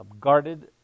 guarded